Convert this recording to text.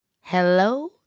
Hello